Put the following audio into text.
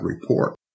report